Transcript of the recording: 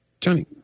Johnny